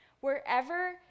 Wherever